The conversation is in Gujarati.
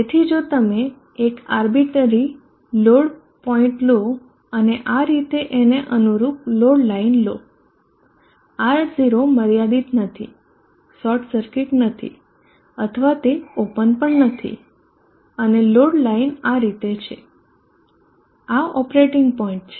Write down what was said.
તેથી જો તમે એક આર્બીટ્રરી લોડ પોઇન્ટ લો અને આ રીતે એને અનુરૂપ લોડ લાઇન લો R0 મર્યાદિત નથી શોર્ટ સર્કિટ નથી અથવા તે ઓપન પણ નથી અને લોડ લાઈન આ રીતે છે આ ઓપરેટિંગ પોઇન્ટ છે